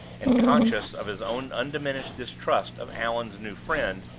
and conscious of his own undiminished distrust of allan's new friend,